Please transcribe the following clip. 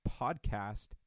podcast